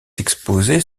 exposés